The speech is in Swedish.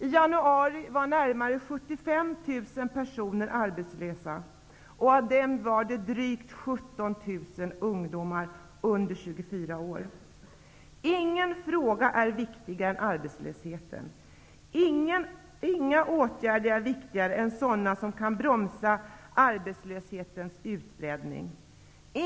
I januari var närmare 75.000 personer arbetslösa och av dem var drygt 17 % ungdomar under 24 år. Ingen fråga är viktigare än arbetslösheten. Inga åtgärder är viktigare än sådana som kan bromsa arbetslöshetens utbredning.